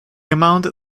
amount